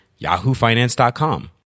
yahoofinance.com